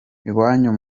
iwanyu